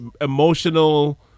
emotional